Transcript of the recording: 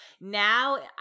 Now